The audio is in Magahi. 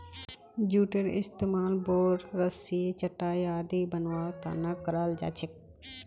जूटेर इस्तमाल बोर, रस्सी, चटाई आदि बनव्वार त न कराल जा छेक